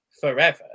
forever